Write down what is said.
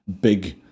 big